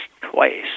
twice